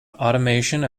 automation